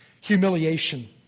Humiliation